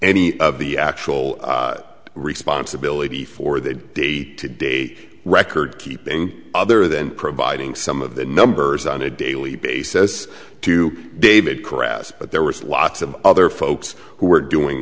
any of the actual responsibility for the day to day record keeping other than providing some of the numbers on a daily basis to david crass but there was lots of other folks who were doing